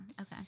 Okay